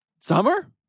Summer